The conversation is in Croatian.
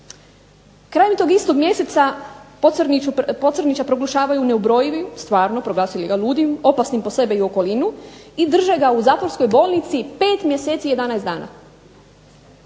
krajem tog istog mjeseca Pocrnjića proglašavaju neubrojivim, stvarno proglasili ga ludim, opasnim po sebe i okolinu i drže ga u zatvorskoj bolnici 5 mjeseci 11 dana.